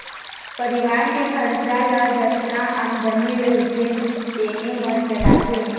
परिवार के खरचा ल जतका आमदनी रहिथे तेने म चलाथे